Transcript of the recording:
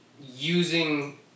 using